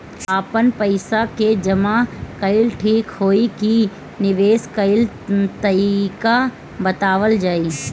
आपन पइसा के जमा कइल ठीक होई की निवेस कइल तइका बतावल जाई?